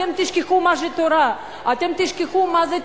אתם תשכחו את התורה, אתם תשכחו מה זה תהילים.